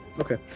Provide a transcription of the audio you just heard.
Okay